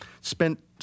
spent